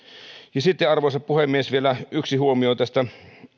sitten arvoisa puhemies vielä yksi huomio näistä